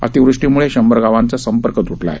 अतिवृष्टीमुळे शंभर गावांचा संपर्क तुटला आहे